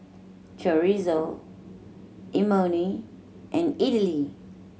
Chorizo Imoni and Idili